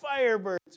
Firebirds